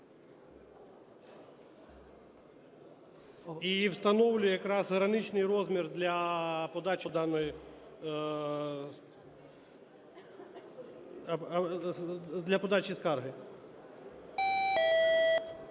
і встановлює якраз граничний розмір для подачі даної...